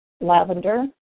lavender